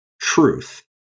truth